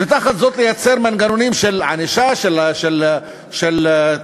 ותחת זאת לייצר מנגנונים של ענישה ושל תביעה